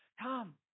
come